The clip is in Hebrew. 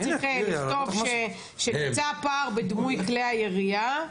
היה צריך לכתוב שנמצא פער בדמוי כלי הירייה,